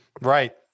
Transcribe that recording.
Right